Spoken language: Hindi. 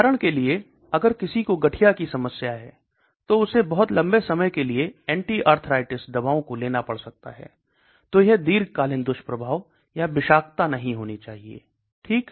उदाहरण के लिए अगर किसी को गठिया की समस्या है तो उसे बहुत लंबे समय के लिए एंटी आर्थराइटिस दवाओं को लेना पड़ सकता है तो यह दीर्घकालिक दुष्प्रभाव या विषाक्तता नहीं होना चाहिए ठीक